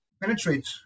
penetrate